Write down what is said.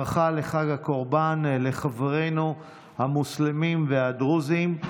ברכה לחג הקורבן לחברינו המוסלמים והדרוזים: